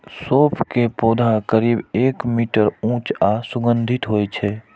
सौंफ के पौधा करीब एक मीटर ऊंच आ सुगंधित होइ छै